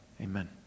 amen